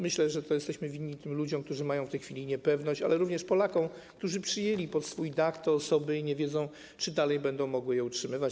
Myślę, że jesteśmy to winni tym ludziom, którzy mają w tej chwili niepewność, ale również Polakom, którzy przyjęli pod swój dach te osoby i nie wiedzą, czy dalej będą mogli je utrzymywać.